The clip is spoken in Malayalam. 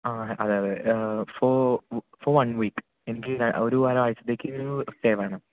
ആ അതെ അതെ ഫോ ഫോർ വൺ വീക്ക് എനിക്ക് ഒരു ഒരാഴ്ചത്തേക്ക് സ്റ്റേ വേണം